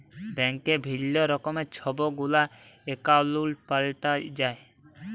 ব্যাংকে বিভিল্ল্য রকমের ছব গুলা একাউল্ট পাল্টাল যায়